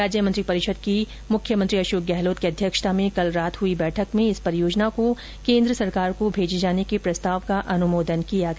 राज्य मंत्री परिषद की मुख्यमंत्री अशोक गहलोत की अध्यक्षता में कल रात हुई बैठक में इस परियोजना को भारत सरकार को भेजे जाने के प्रस्ताव का अनुमोदन किया गया